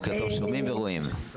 בוקר טוב, שומעים ורואים.